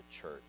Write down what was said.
church